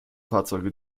fahrzeuge